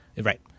Right